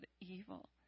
evil